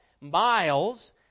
miles